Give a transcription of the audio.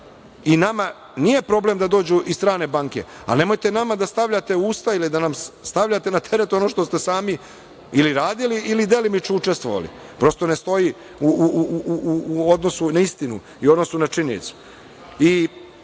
Nama nije problem da dođu i strane banke, ali nemojte nama da stavljate u usta ili da nam stavljate na teret ono što ste sami ili radili ili delimično učestvovali. Prosto ne stoji u odnosu na istinu i u odnosu na